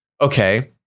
Okay